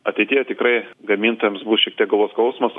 ateityje tikrai gamintojams bus šiek tiek galvos skausmas